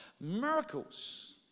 Miracles